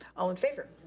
all in favor?